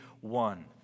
one